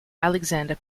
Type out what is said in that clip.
alexander